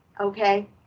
okay